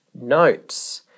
notes